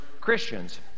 Christians